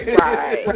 Right